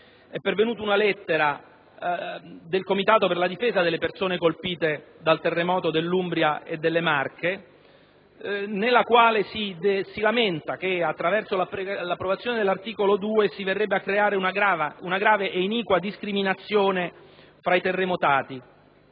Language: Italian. è pervenuta una lettera del comitato per la difesa delle persone colpite dal terremoto dell'Umbria e delle Marche, nella quale si lamenta che attraverso l'approvazione dell'articolo 2 si verrebbe a creare una grave ed iniqua discriminazione tra i terremotati,